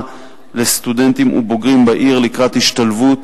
לסטודנטים ובוגרים בעיר לקראת השתלבות